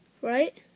Right